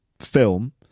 film